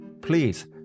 Please